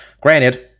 Granted